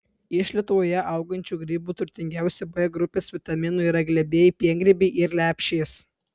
iš lietuvoje augančių grybų turtingiausi b grupės vitaminų yra glebieji piengrybiai ir lepšės